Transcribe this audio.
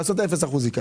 לעשות אפס אחוז זיקה.